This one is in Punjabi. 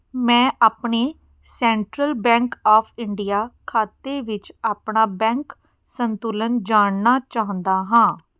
ਮੈਂ ਆਪਣੇ ਸੈਂਟਰਲ ਬੈਂਕ ਆਫ ਇੰਡੀਆ ਖਾਤੇ ਵਿੱਚ ਆਪਣਾ ਬੈਂਕ ਸੰਤੁਲਨ ਜਾਣਨਾ ਚਾਹੁੰਦਾ ਹਾਂ